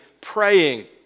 praying